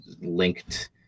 linked